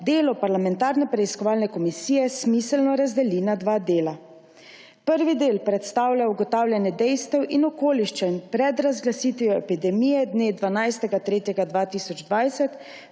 delo parlamentarne preiskovalne komisije smiselno razdeli na dva dela. Prvi del predstavlja ugotavljanje dejstev in okoliščin pred razglasitvijo epidemije dne 12. 3. 2020,